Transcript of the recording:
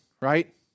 right